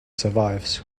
survives